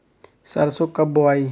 सरसो कब बोआई?